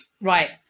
right